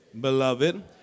Beloved